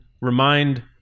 remind